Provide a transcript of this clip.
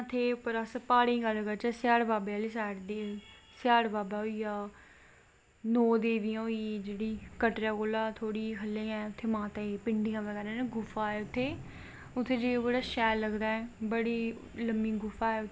दिल मतलव बदलदे न दूई मुर्ती बिच्च पांदे न परानी मूर्ती बिच्चा दा ते जगननाथ जात्तरा बी निकलदी ऐ जगननाथ जात्तरा आखदे कि चार पंज दिन दी होंदी ऐ जात्तरा ते अपनी मासी जी देघर जंदे न जगन नाथ जी ते ओह् बी बड़ा शैल ऐ उत्थें बी न्हान आस्ते